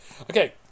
Okay